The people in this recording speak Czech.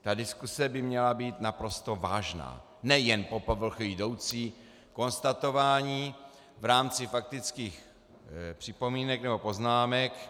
Ta diskuse by měla být naprosto vážná, nejen po povrchu jdoucí konstatování v rámci faktických připomínek nebo poznámek.